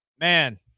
man